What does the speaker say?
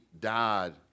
died